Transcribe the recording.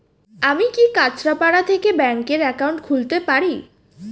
আমি কি কাছরাপাড়া থেকে ব্যাংকের একাউন্ট খুলতে পারি?